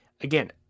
Again